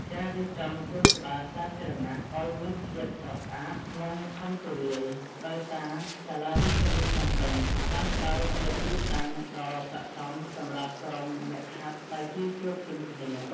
ការរៀបចំសួនច្បារសាធារណៈឱ្យមានភាពស្រស់ស្អាត និងធំទូលាយដោយសាលារាជធានីភ្នំពេញ បានផ្ដល់ជាទីតាំងដ៏សក្ដិសមសម្រាប់ក្រុមអ្នកហាត់តៃជីជួបជុំគ្នា។